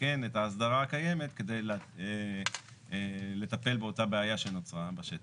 תתקן את ההסדרה הקיימת כדי לטפל באותה בעיה שנוצרה בשטח.